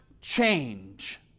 change